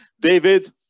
David